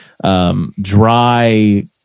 dry